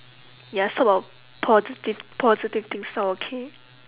ya so about positive positive things now okay